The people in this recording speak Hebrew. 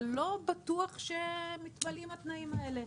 לא בטוח שמתמלאים התנאים האלה,